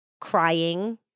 crying